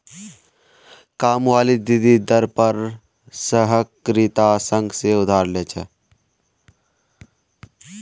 कामवाली दीदी दर पर सहकारिता संघ से उधार ले छे